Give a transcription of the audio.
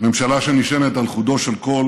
ממשלה שנשענת על חודו של קול